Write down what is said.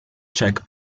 check